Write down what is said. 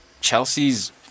Chelsea's